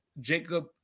Jacob